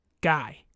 guy